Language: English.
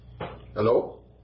Hello